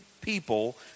people